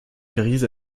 grise